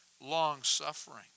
long-suffering